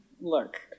Look